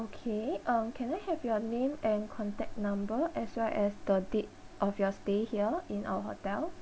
okay um can I have your name and contact number as well as the date of your stay here in our hotel